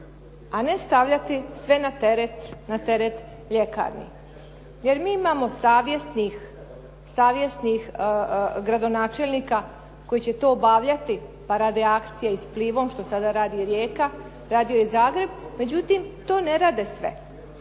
a ne stavljati sve na teret ljekarni. Jer mi imamo savjesnih gradonačelnika koji će to obavljati pa radi akcije s Plivom što sada radi Rijeka, radio je Zagreb. Međutim, to ne rade sve.